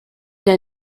der